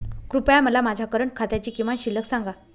कृपया मला माझ्या करंट खात्याची किमान शिल्लक सांगा